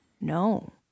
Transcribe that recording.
No